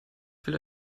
will